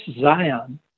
Zion